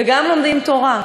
וגם לומדים תורה.